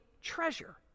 treasure